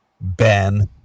Ben